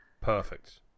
perfect